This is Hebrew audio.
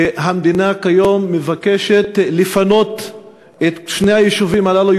והמדינה כיום מבקשת לפנות את שני היישובים הללו,